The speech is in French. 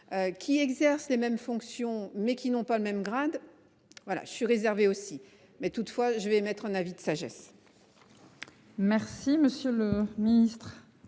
Qui exerce les mêmes fonctions mais qui n'ont pas le même grade. Voilà je suis réservé aussi mais toutefois je vais mettre un avis de sagesse. Merci, monsieur le Ministre.